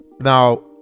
Now